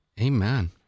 Amen